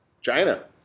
China